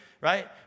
right